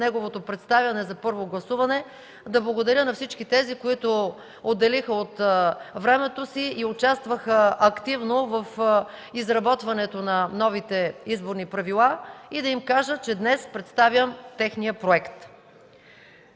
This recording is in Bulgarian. неговото представяне за първо гласуване, да благодаря на всички тези, които отделиха от времето си и участваха активно в изработването на новите изборни правила, и да им кажа, че днес представям техния проект.